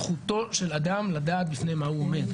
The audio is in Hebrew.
זכותו של אדם לדעת בפני מה הוא עומד.